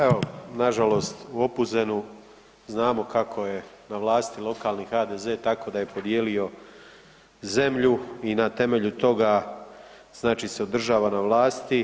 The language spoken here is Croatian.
Evo nažalost u Opuzenu znamo kako je na vlasti lokalni HDZ tako da je podijelio zemlju i na temelju toga znači se odražava na vlasti.